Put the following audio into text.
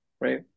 right